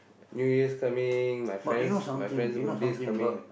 New Years coming my friend's my friend's birthday is coming